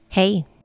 Hey